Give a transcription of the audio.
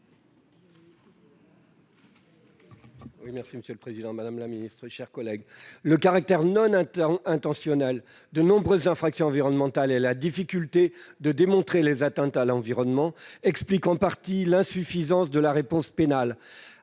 Le caractère non intentionnel de nombreuses infractions environnementales et la difficulté de démontrer les atteintes à l'environnement expliquent en partie l'insuffisance de la réponse pénale,